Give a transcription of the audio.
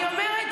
אני אומרת